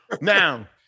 Now